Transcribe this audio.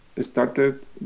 started